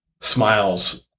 Smiles